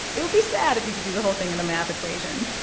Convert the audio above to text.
it would be sad if you could do the whole thing in a math equation